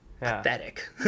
pathetic